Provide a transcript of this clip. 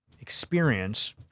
experience